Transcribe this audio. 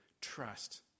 trust